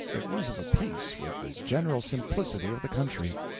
it was of a piece with the general simplicity of the country.